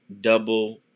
double